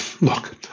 Look